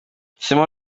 simon